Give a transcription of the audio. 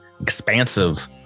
expansive